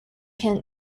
can